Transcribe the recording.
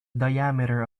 diameter